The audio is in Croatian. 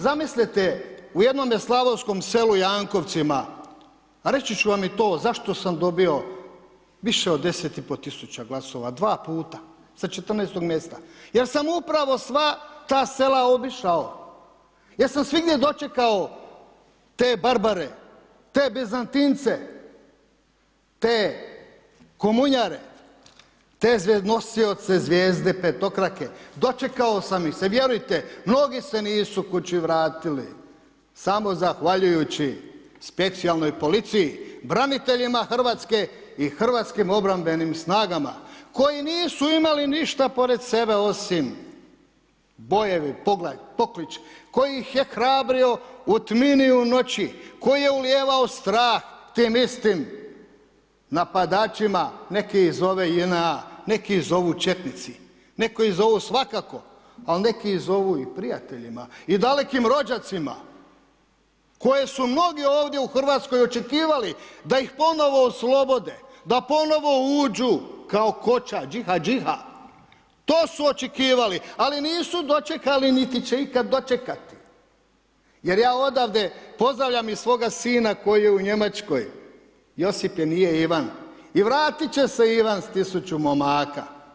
Zamislite u jednom slavonskom selu Jankovcima, reći ću vam i to zašto sam dobio više od 10500 glasova dva puta sa 14.-tog mjesta, ja sam upravo sva ta sela obišao, ja sam svigdje dočekao te barbare, te bizantince, te komunjare, te nosioce zvijezde petokrake, dočekao sam ih se, vjerujte, mnogi se nisu kući vratili samo zahvaljujući specijalnoj policiji, braniteljima hrvatske i hrvatskih obrambenim snagama koji nisu imali ništa pored sebe osim bojevi, pogled, poklič koji ih je hrabrio u tmini u noći, koji je ulijevao strah tim istim napadačima, neki ih zovu JNA, neki ih zovu četnici, neki ih zovu svakako, al, neki ih zovu i prijateljima i dalekim rođacima koje su mnogi ovdje u RH očekivali da ih ponovo oslobode, da ponovo uđu kao koča, điha, điha to su očekivali ali nisu dočekali niti će ikad dočekati jer ja odavde pozdravljam i svoga sina koji je u Njemačkoj, Josip je, nije Ivan, i vratit će se Ivan s 1000 momaka.